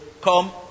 come